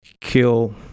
kill